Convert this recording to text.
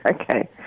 okay